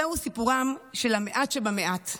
זה הוא סיפורם של המעט שבמעט.